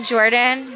Jordan